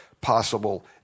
possible